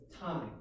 time